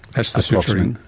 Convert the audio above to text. that's the suturing.